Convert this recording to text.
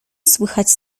słychać